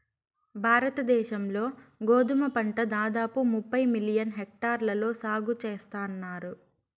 భారత దేశం లో గోధుమ పంట దాదాపు ముప్పై మిలియన్ హెక్టార్లలో సాగు చేస్తన్నారు